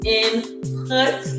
input